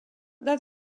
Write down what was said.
that